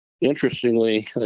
interestingly